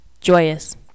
joyous